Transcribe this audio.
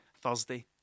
Thursday